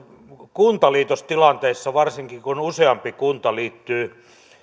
kuntaliitostilanteissa varsinkin kun useampi kunta liittyy